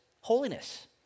holiness